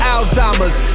Alzheimer's